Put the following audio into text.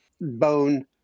bone